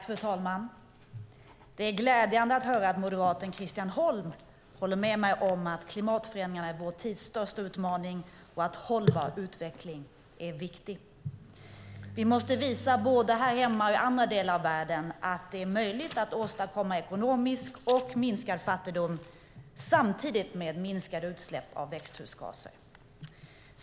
Fru talman! Det är glädjande att höra att moderaten Christian Holm håller med mig om att klimatförändringarna är vår tids största utmaning och att hållbar utveckling är viktig. Vi måste visa både här hemma och i andra delar av världen att det är möjligt att åstadkomma minskad fattigdom samtidigt med minskade utsläpp av växthusgaser.